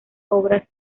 obras